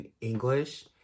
English